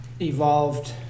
evolved